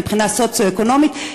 מבחינה סוציו-אקונומית,